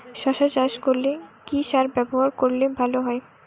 শশা চাষ করলে কি সার ব্যবহার করলে ভালো হয়?